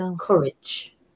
courage